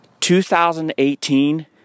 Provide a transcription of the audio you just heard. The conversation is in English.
2018